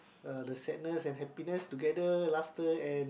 uh the sadness and happiness together laughter and